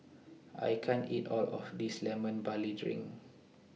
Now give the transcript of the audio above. I can't eat All of This Lemon Barley Drink